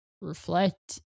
reflect